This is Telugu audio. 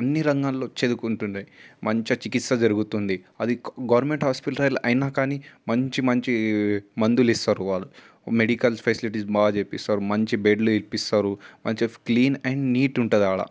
అన్ని రంగాల్లో చేరుకుంటుండే మంచిగా చికిత్స జరుగుతుంది అది గవర్నమెంట్ హాస్పిటల్ అయినా కానీ మంచి మంచి మందులు ఇస్తారు వాళ్ళు మెడికల్ ఫెసిలిటీస్ బాగా చేయిస్తారు మంచి బెడ్లు ఇప్పిస్తారు మంచిగా క్లీన్ అండ్ నీట్ ఆడ